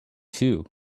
too